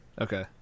Okay